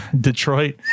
Detroit